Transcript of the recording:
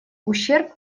ущерб